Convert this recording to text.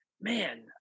man